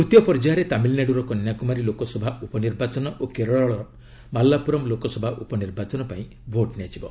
ତୃତୀୟ ପର୍ଯ୍ୟାୟରେ ତାମିଲନାଡ଼ୁର କନ୍ୟାକୁମାରୀ ଲୋକସଭା ଉପ ନିର୍ବାଚନ ଓ କେରଳର ମାଲାପୁରମ୍ ଲୋକସଭା ଉପ ନିର୍ବାଚନ ପାଇଁ ଭୋଟ ନିଆଯିବ